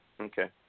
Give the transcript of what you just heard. Okay